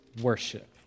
worship